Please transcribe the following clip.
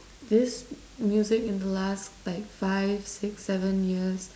this music in the last like five six seven years